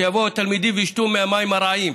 שיבואו התלמידים וישתו מהמים הרעים.